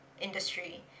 industry